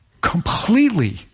completely